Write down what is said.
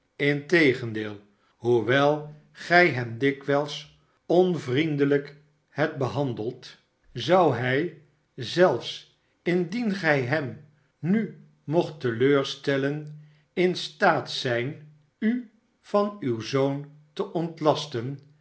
integendeel hoewel gij hem dikwijls onvriendelijk hebt behandeld zou f hij zelfs indien gij hem nu mocht te leur stellen in staat zijn u van uw zoon te ontlasten